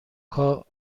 کار